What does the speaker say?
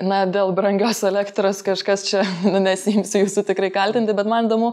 na dėl brangios elektros kažkas čia nesiimsiu jūsų tikrai kaltinti bet man įdomu